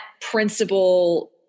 principle